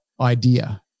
idea